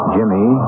Jimmy